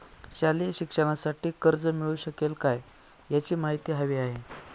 शालेय शिक्षणासाठी कर्ज मिळू शकेल काय? याची माहिती हवी आहे